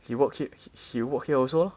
he works her~ he work here also lor